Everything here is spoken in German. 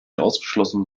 ausgeschlossen